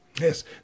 yes